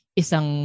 isang